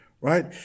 right